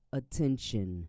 attention